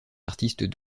artistes